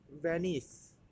Venice